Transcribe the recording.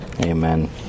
Amen